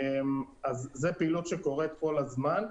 זו פעילות שקורית כל הזמן.